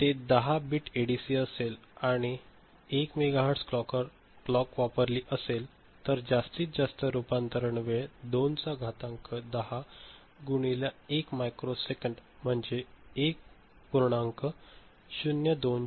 जर ते 10 bit ADC असेल तर आणि 1 मेगाहेर्ट्ज क्लॉक वापरली असेल तर जास्तीत जास्त रूपांतरण वेळ 2 चा घातांक 10 गुणिले 1 मायक्रो सेकंद म्हणजे 1